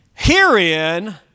Herein